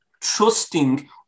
trusting